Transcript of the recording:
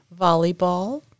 Volleyball